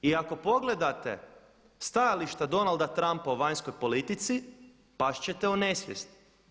I ako pogledate stajališta Donalda Trumpa o vanjskoj politici, past ćete u nesvijest.